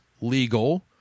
legal